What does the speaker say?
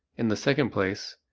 in the second place,